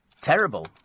Terrible